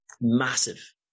Massive